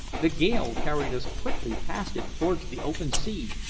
the gale carried us quickly past it towards the open sea,